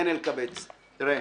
אלקבץ, בבקשה.